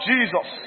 Jesus